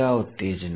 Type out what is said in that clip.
का उत्तेजना